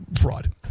fraud